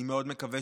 אני מאוד מקווה